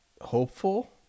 hopeful